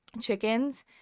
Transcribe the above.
Chickens